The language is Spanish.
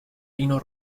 vino